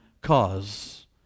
cause